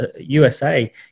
USA